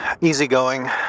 easygoing